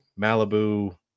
Malibu